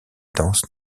danses